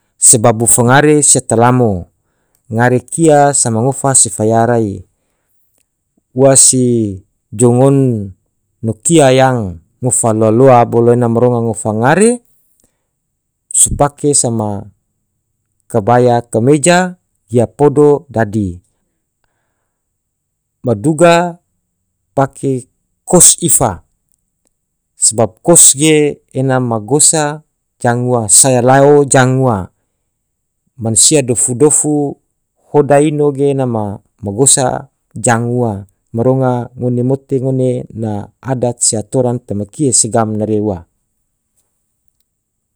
sebabu fangare sia tolamo ngare kia sama ngofa se faya rai ua si jou ngon no kia yang ngofa loa loa bolo ena maronga ngofa ngare subake sama kabaya kameja gia podo dadi maduga pake kos ifa sbab kos ge ena ma gosa jang ua sayalao jang ua mansia dofu dofu hoda ino ge ena ma gosa jang ua maronga ngone mote ngone na adat se atoran tma kie se gam nare ua.